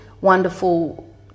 wonderful